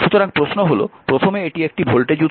সুতরাং প্রশ্ন হল প্রথমে এটি একটি ভোল্টেজ উৎস